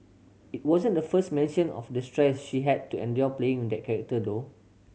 it wasn't the first mention of the stress she had to endure playing that character though